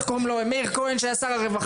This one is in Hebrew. מאיר כהן שהיה שר הרווחה.